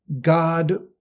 god